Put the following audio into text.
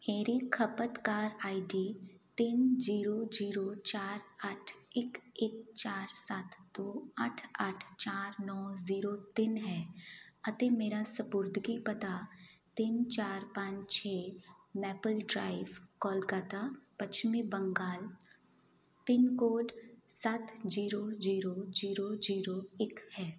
ਮੇਰੀ ਖਪਤਕਾਰ ਆਈਡੀ ਤਿੰਨ ਜੀਰੋ ਜੀਰੋ ਚਾਰ ਅੱਠ ਇੱਕ ਇੱਕ ਚਾਰ ਸੱਤ ਦੋ ਅੱਠ ਅੱਠ ਚਾਰ ਨੌਂ ਜੀਰੋ ਤਿੰਨ ਹੈ ਅਤੇ ਮੇਰਾ ਸਪੁਰਦਗੀ ਪਤਾ ਤਿੰਨ ਚਾਰ ਪੰਜ ਛੇ ਮੈਪਲ ਡਰਾਈਵ ਕੋਲਕਾਤਾ ਪੱਛਮੀ ਬੰਗਾਲ ਪਿੰਨ ਕੋਡ ਸੱਤ ਜੀਰੋੋ ਜੀਰੋ ਜੀਰੋ ਜੀਰੋ ਇੱਕ ਹੈ